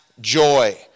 joy